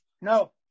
no